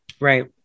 Right